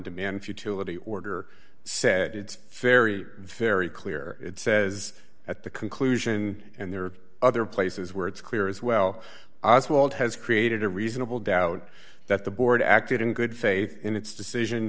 demand futility order said it's very very clear it says at the conclusion and there are other places where it's clear as well as well it has created a reasonable doubt that the board acted in good faith in its decision